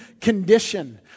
condition